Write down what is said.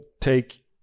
take